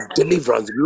deliverance